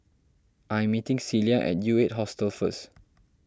I'm meeting Celia at U eight Hostel first